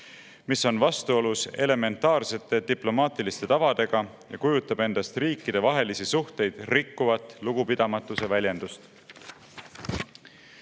mis on vastuolus elementaarsete diplomaatiliste tavadega ja kujutab endast riikidevahelisi suhteid rikkuvat lugupidamatuse väljendust.